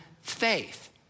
faith